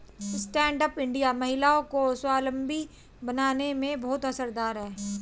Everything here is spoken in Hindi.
स्टैण्ड अप इंडिया महिलाओं को स्वावलम्बी बनाने में बहुत असरदार है